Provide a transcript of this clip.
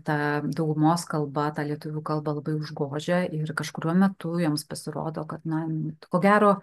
ta daugumos kalba ta lietuvių kalba labai užgožia ir kažkuriuo metu joms pasirodo kad na ne ko gero